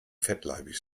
fettleibig